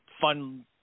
fun